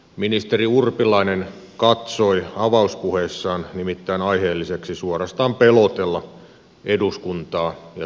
ministeri urpilainen katsoi avauspuheessaan nimittäin aiheelliseksi suorastaan pelotella eduskuntaa ja suomen kansaa